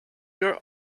your